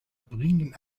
bringen